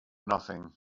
nothing